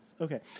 Okay